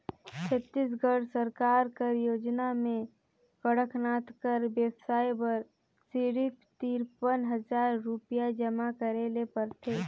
छत्तीसगढ़ सरकार कर योजना में कड़कनाथ कर बेवसाय बर सिरिफ तिरपन हजार रुपिया जमा करे ले परथे